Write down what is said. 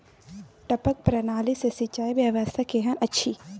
टपक प्रणाली से सिंचाई व्यवस्था केहन अछि?